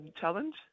challenge